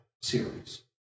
series